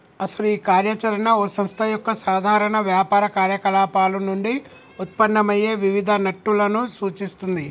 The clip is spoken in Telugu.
అసలు ఈ కార్య చరణ ఓ సంస్థ యొక్క సాధారణ వ్యాపార కార్యకలాపాలు నుండి ఉత్పన్నమయ్యే వివిధ నట్టులను సూచిస్తుంది